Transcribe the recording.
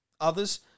others